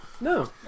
No